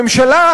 הממשלה,